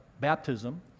baptism